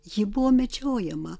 ji buvo medžiojama